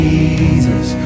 Jesus